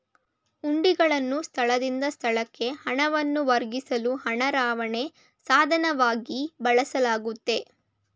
ಹುಂಡಿಗಳನ್ನು ಸ್ಥಳದಿಂದ ಸ್ಥಳಕ್ಕೆ ಹಣವನ್ನು ವರ್ಗಾಯಿಸಲು ಹಣ ರವಾನೆ ಸಾಧನವಾಗಿ ಬಳಸಲಾಗುತ್ತೆ